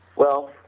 well